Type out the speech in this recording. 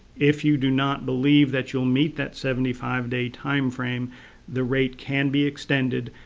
if you do not believe that you'll meet that seventy five day time frame the rate can be extended.